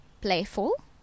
playful